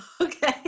Okay